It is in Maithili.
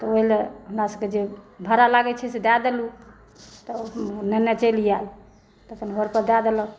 तऽ ओहिलए हमरासबकेँ जे भाड़ा लागै छै से दए देलहुॅं तऽ नेने चलि आयल तऽ अपन घर पर दए देलक